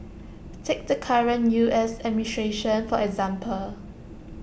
take the current U S administration for example